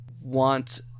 want